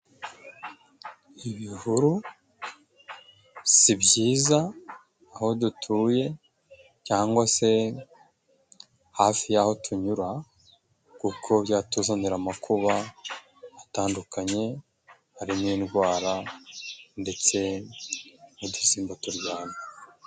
Ibihuru si byiza aho dutuye cyangwa se hafi yaho tunyura kuko byatuzanira amakuba atandukanye hari n'indwara ndetse n'udusimba turyana.